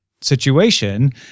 situation